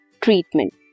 treatment